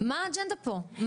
מה האג'נדה פה?